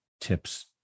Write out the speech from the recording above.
tips